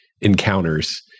encounters